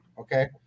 okay